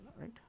right